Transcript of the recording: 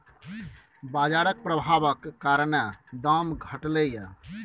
बजारक प्रभाबक कारणेँ दाम घटलै यै